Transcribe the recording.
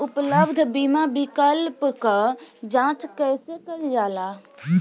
उपलब्ध बीमा विकल्प क जांच कैसे कइल जाला?